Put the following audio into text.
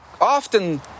often